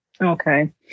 okay